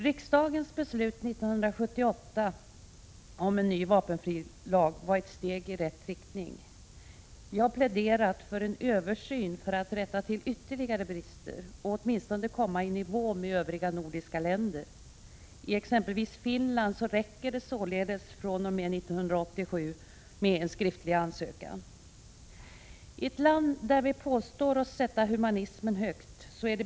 Riksdagens beslut 1978 om en ny vapenfrilag var ett steg i rätt riktning. Vi har pläderat för en översyn för att rätta till ytterligare brister och åtminstone komma i nivå med övriga nordiska länder. I exempelvis Finland räcker det således fr.o.m. 1987 med en skriftlig ansökan. I ett land där vi påstår oss sätta humaniteten högt är det beklämmande att — Prot.